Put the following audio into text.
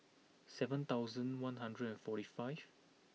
seven thousand one hundred and forty five